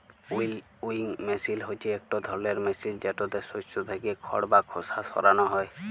উইলউইং মেসিল হছে ইকট ধরলের মেসিল যেটতে শস্য থ্যাকে খড় বা খোসা সরানো হ্যয়